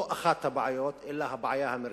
לא אחת הבעיות, אלא הבעיה המרכזית.